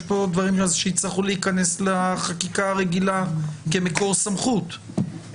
כאן דברים שיצטרכו להיכנס לחקיקה הרגילה כמקור סמכות,